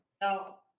Now